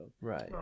Right